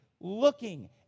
looking